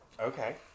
Okay